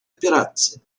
операций